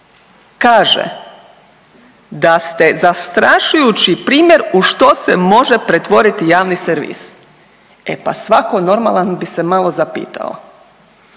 kaže da ste zastrašujući primjer u što se može pretvoriti javni servis, e pa svako normalan bi se malo zapitao.